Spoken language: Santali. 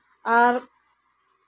ᱟᱨ